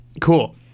Cool